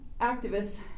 activists